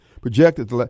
projected